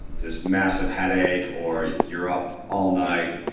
this massive headache or you're up all night,